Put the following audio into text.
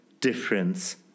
difference